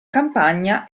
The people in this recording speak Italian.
campagna